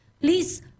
Please